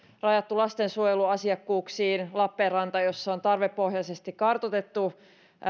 rajattu lastensuojeluasiakkuuksiin ja lappeenrannassa on tarvepohjaisesti kartoitettu